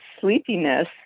sleepiness